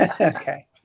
okay